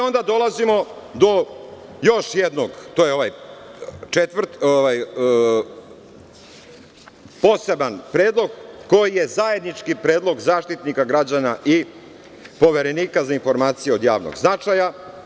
Onda dolazimo do još jednog, to je ovaj poseban predlog koji je zajednički predlog Zaštitnika građana i Poverenika za informacije od javnog značaja.